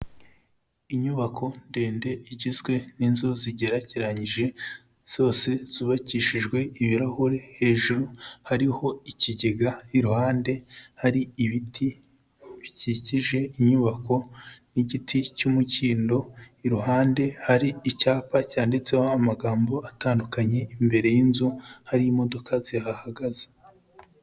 Inyubako ndende igizwe n'inzu zigerekeranyije, zose zubakishijwe ibirahure, hejuru hariho ikigega, iruhande hari ibiti bikikije inyubako n'igiti cy'umukindo, iruhande hari icyapa cyanditseho amagambo atandukanye, imbere y'inzu hari imodoka zihahagaze.